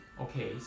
Okay